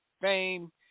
fame